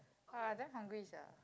!wah! I damn hungry sia